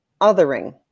othering